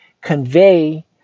convey